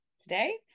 today